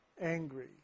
angry